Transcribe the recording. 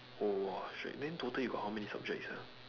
oh !wah! shagged then total you got how many subjects sia